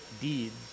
deeds